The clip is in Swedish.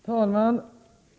Fru talman!